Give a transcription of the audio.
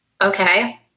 Okay